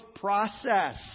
process